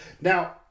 Now